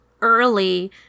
early